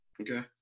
Okay